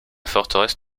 forteresse